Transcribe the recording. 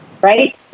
Right